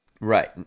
Right